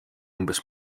umbes